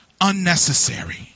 unnecessary